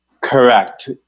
Correct